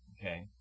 okay